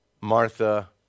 Martha